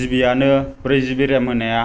जिबियानो ब्रै जिबि रेम होननाया